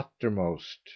uttermost